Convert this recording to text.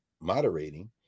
moderating